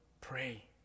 pray